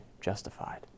justified